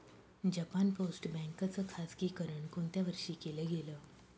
Japan post bank च खाजगीकरण कोणत्या वर्षी केलं गेलं?